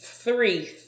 Three